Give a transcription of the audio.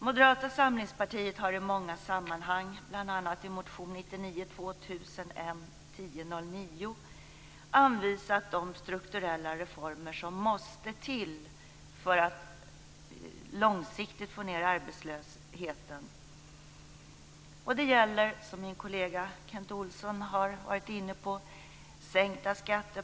Moderata samlingspartiet har i många sammanhang, bl.a. i motion 1999/2000:A282 anvisat de strukturella reformer som måste till för att långsiktigt få ned arbetslösheten. Min kollega Kent Olsson har också varit inne på detta.